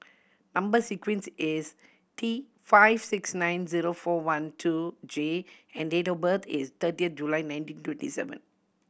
number sequence is T five six nine zero four one two J and date of birth is thirty July nineteen twenty seven